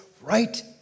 right